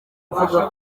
avuga